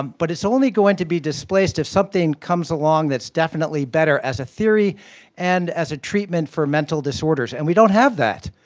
um but it's only going to be displaced if something comes along that's definitely better as a theory and as a treatment for mental disorders, and we don't have that.